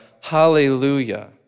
Hallelujah